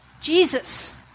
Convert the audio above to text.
Jesus